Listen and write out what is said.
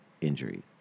injury